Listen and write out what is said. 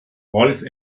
rolf